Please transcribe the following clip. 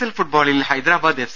L ഫുട്ബോളിൽ Hyderabad F